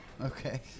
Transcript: Okay